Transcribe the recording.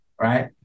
Right